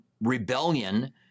rebellion